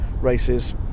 races